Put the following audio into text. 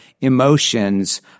emotions